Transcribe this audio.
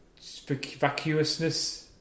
vacuousness